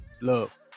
Love